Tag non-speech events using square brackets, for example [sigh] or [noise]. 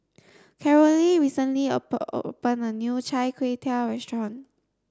Carolee recently [unintelligible] opened a new Chai Kway Tow restaurant